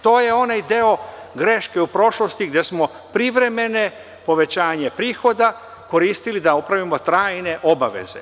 To je onaj deo greške u prošlosti gde smo privremeno povećanje prihoda koristili da opravdamo trajne obaveze.